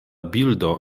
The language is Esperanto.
bildo